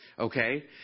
Okay